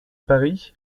paris